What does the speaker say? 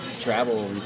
travel